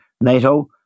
NATO